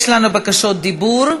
לנו בקשות דיבור.